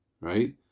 right